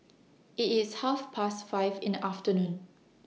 IT IS Half Past five in The afternoon